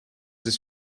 his